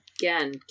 again